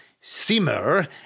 Simmer